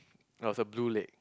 there was a blue lake